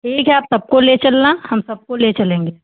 ठीक है आप सबको ले चलना हम सबको ले चलेंगे